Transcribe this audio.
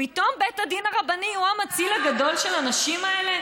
פתאום בית הדין הרבני הוא המציל הגדול של הנשים האלה?